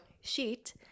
sheet